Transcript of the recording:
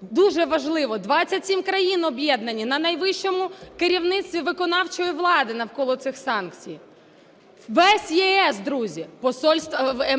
Дуже важливо, 27 країн об'єднані на найвищому керівництві виконавчої влади навколо цих санкцій, весь ЄС, друзі,